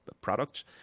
products